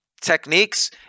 techniques